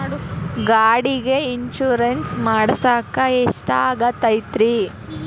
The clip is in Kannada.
ಗಾಡಿಗೆ ಇನ್ಶೂರೆನ್ಸ್ ಮಾಡಸಾಕ ಎಷ್ಟಾಗತೈತ್ರಿ?